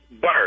bird